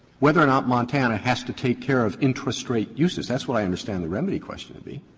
whether or not montana has to take care of intrastate uses, that's what i understand the remedy question to be.